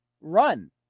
run